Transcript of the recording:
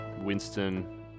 Winston